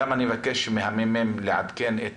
אני מבקש ממחלקת המחקר והמידע לעדכן את